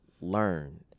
learn